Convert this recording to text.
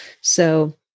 So-